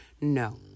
No